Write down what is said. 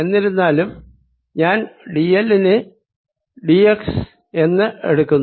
എന്നിരുന്നാലും ഞാൻ d l നെ d x എന്ന് എടുക്കുന്നു